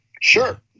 Sure